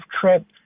trip